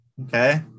Okay